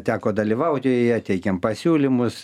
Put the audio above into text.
teko dalyvauti joje teikėm pasiūlymus